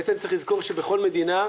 בעצם, צריך לזכור שבכל מדינה,